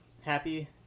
happy